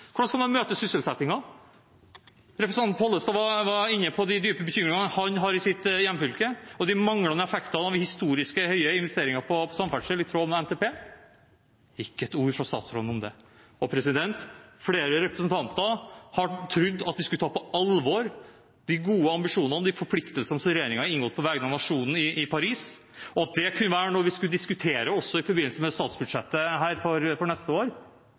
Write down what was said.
Hvordan skal man møte sysselsettingen? Representanten Pollestad var inne på de dype bekymringene han har for sitt hjemfylke, og for de manglende effektene av historisk høye investeringer på samferdsel, i tråd med NTP. Det er ikke ett ord fra statsråden om det. Flere representanter har trodd at vi skulle ta på alvor de gode ambisjonene og de forpliktelsene regjeringen har inngått på vegne av nasjonen i Paris, og at det kunne være noe vi også skulle diskutere her, i forbindelse med statsbudsjettet for neste år,